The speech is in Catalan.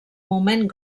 moment